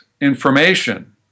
information